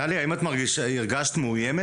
טלי, האם את הרגשת מאויימת?